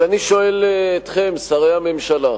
אבל אני שואל אתכם, שרי הממשלה: